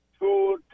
two